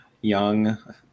young